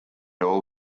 all